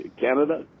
Canada